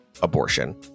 abortion